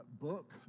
book